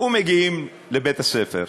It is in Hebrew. ומגיעים לבית-הספר.